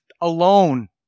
alone